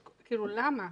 למה?